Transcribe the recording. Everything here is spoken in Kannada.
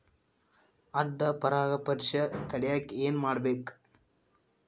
ಅಡ್ಡ ಪರಾಗಸ್ಪರ್ಶ ತಡ್ಯಾಕ ಏನ್ ಮಾಡ್ಬೇಕ್?